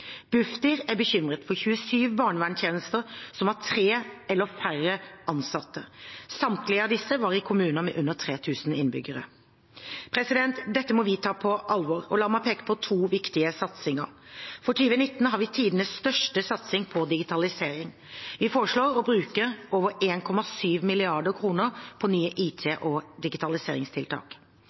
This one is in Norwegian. Bufdir er bekymret for 27 barnevernstjenester som har tre eller færre ansatte. Samtlige av disse var i kommuner med under 3 000 innbyggere. Dette må vi ta på alvor. La meg peke på to viktige satsinger: For 2019 har vi tidenes største satsing på digitalisering. Vi foreslår å bruke over 1,7 mrd. kr på nye IT- og digitaliseringstiltak.